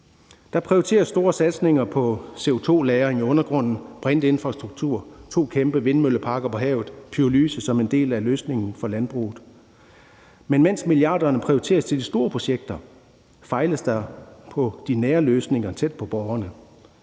Der prioriteres store satsninger på CO2-lagring i undergrunden, brintinfrastruktur, to kæmpe vindmølleparker på havet og pyrolyse som en del af løsningen for landbruget, men mens milliarderne prioriteres til de store projekter, fejles der på de nære løsninger tæt på borgerne.